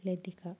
Lathika